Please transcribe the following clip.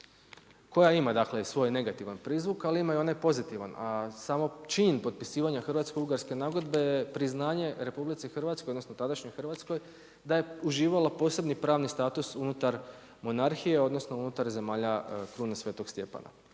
dakle, svoj negativan prizvuk, ali ima i onaj pozitivan. Samo čin potpisivanja Hrvatsko-ugarske nagodbe je priznanje RH odnosno tadašnjoj Hrvatskoj da je uživala posebni pravni status unutar monarhije, odnosno unutar Zemalja Krune svetog Stjepana.